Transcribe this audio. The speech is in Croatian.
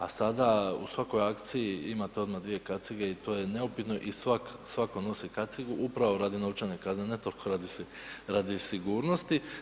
A sada u svakoj akciji imate odmah 2 kacige i to je neupitno i svatko nosi kacigu upravo radi novčane kazne, ne toliko radi sigurnosti.